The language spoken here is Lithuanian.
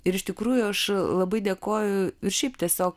ir iš tikrųjų aš labai dėkoju ir šiaip tiesiog